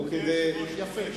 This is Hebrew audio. לא כדי, יפה.